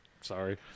Sorry